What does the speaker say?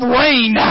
rain